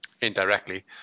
indirectly